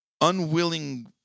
unwilling